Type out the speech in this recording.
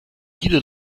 viele